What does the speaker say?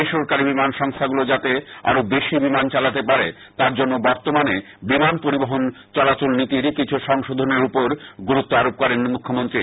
বেসরকারী বিমান সংস্থাগুলি যাতে আরও বেশি বিমান চালাতে পারে তার জন্য বর্তমান বিমান পরিবহণ চলাচল নীতির কিছু সংশোধনের উপর গুরুত্ব আরোপ করেন মুখ্যমন্ত্রী